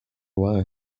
why